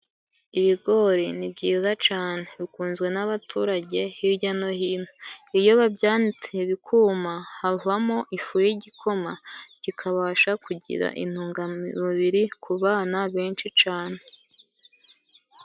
Ibigori ni byiza cane , bikunzwe n'abaturage hirya no hino iyo babyanitse bikuma havamo ifu y'igikoma kikabasha kugira intungamubiri ku bana benshi cane.